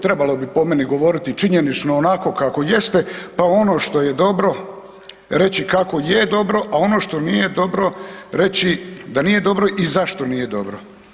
Trebalo bi po meni govoriti činjenično onako kako jeste pa ono što je dobro reći kako je dobro, a ono što nije dobro reći da nije dobro i zašto nije dobro.